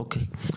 אוקיי.